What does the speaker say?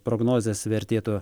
prognozės vertėtų